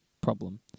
problem